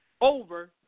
over